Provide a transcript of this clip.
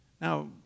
Now